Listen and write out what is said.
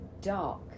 dark